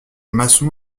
maçon